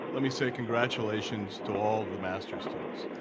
let me say congratulations to all of the master's students.